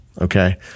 okay